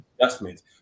adjustments